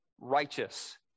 righteous